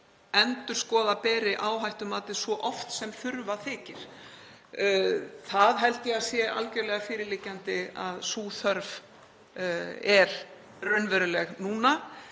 endurskoða beri áhættumatið svo oft sem þurfa þykir. Ég held að það sé algjörlega fyrirliggjandi að sú þörf er raunveruleg núna.